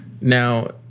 Now